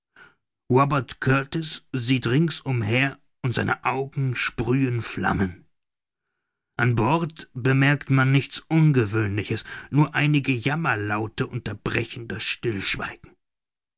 robert kurtis sieht rings umher und seine augen sprühen flammen an bord bemerkt man nichts ungewöhnliches nur einige jammerlaute unterbrechen das stillschweigen